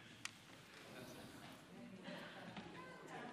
אני מזהה תהליכים, אני מזהה תהליכים.